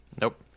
Nope